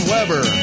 Weber